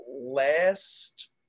last